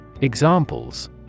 Examples